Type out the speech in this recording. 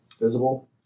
visible